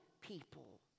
people